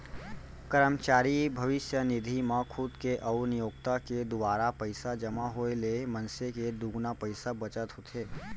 करमचारी भविस्य निधि म खुद के अउ नियोक्ता के दुवारा पइसा जमा होए ले मनसे के दुगुना पइसा बचत होथे